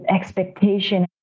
expectation